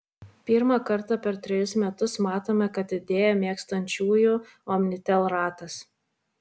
pirmą kartą per trejus metus matome kad didėja mėgstančiųjų omnitel ratas